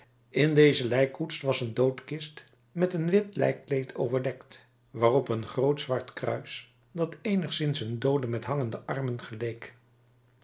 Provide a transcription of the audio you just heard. in deze lijkkoets was een doodkist met een wit lijkkleed overdekt waarop een groot zwart kruis dat eenigszins een doode met hangende armen geleek